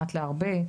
מעט להרבה,